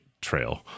trail